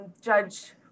Judge